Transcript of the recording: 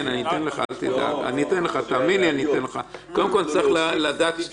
אני קודם כל מדבר